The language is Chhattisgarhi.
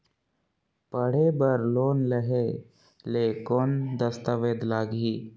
पढ़े बर लोन लहे ले कौन दस्तावेज लगही?